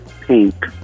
pink